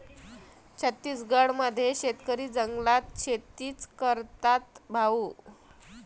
छत्तीसगड मध्ये शेतकरी जंगलात शेतीच करतात भाऊ